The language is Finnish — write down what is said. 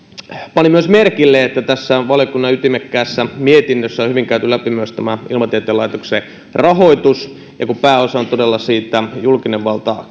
panin myös merkille että tässä valiokunnan ytimekkäässä mietinnössä on hyvin käyty läpi ilmatieteen laitoksen rahoitus ja kun pääosan todella siitä julkinen valta